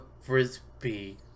frisbee